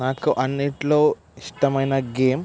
నాకు అన్నింట్లో ఇష్టమైన గేమ్